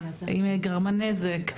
אם היא גרמה נזק,